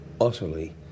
utterly